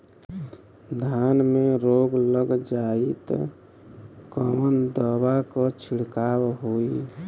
धान में रोग लग जाईत कवन दवा क छिड़काव होई?